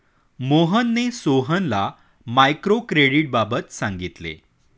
मोहनने सोहनला मायक्रो क्रेडिटबाबत सांगितले